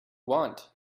want